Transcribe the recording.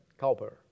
Cowper